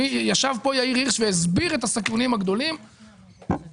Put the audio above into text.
ישב פה יאיר הירש והסביר את הסיכונים הגדולים ונתן